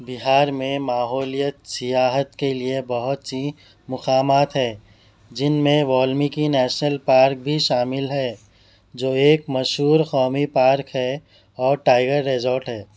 بہار میں ماحولیات سیاحت کے لیے بہت سی مقامات ہے جن میں والمیکی نیشنل پارک بھی شامل ہے جو ایک مشہور قومی پارک ہے اور ٹائیگر ریزوٹ ہے